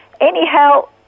Anyhow